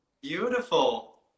Beautiful